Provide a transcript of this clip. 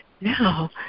now